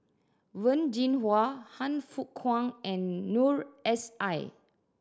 Wen Jinhua Han Fook Kwang and Noor S I